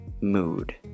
mood